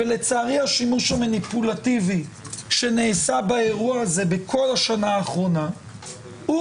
לצערי השימוש המניפולטיבי שנעשה באירוע הזה בכל השנה האחרונה הוא